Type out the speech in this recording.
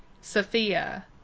Sophia